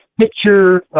picture